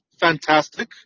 Fantastic